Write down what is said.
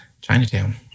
Chinatown